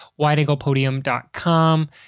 WideAnglePodium.com